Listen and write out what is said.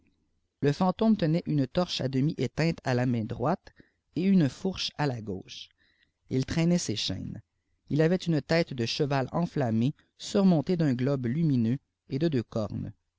le fantôme tenait une torche à demi éteinte à la main droite et une fourche à la gauche il traînait des chaînes il avait une tête de cheval enflammée surv montée d'un globe ijumineux et de deux cornes